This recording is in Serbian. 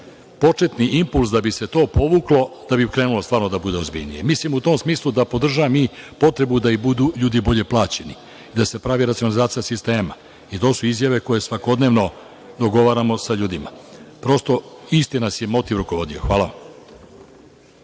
početni impuls da bi se to povuklo, da bi krenulo stvarno da bude ozbiljnije, mislim u tom smislu da podržavam i potrebu da ljudi budu bolje plaćeni, da se pravi racionalizacija sistema i to su izjave koje svakodnevno dogovaramo sa ljudima. Prosto nas je isti motiv rukovodio. Hvala.